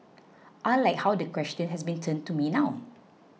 I like how the question has been turned to me now